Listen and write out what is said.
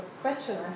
question